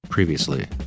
Previously